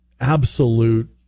absolute